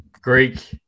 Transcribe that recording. Greek